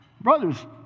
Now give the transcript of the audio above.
brother's